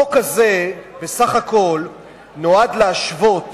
החוק הזה בסך הכול נועד להשוות